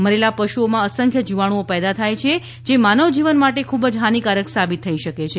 મરેલા પશુઓમાં અસંખ્ય જીવાણુંઓ પેદા થાય છે જે માનવ જીવન માટે ખૂબ જ હાનીકારક સાબિત થઈ શકે છે